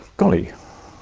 golly,